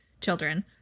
children